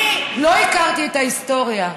אני לא הכרתי את ההיסטוריה,